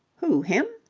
who him?